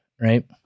right